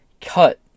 cut